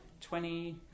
Twenty